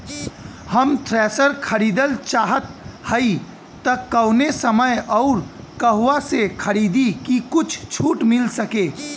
हम थ्रेसर खरीदल चाहत हइं त कवने समय अउर कहवा से खरीदी की कुछ छूट मिल सके?